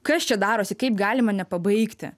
kas čia darosi kaip galima nepabaigti